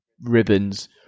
ribbons